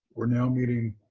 we're now meeting